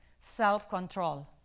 self-control